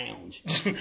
lounge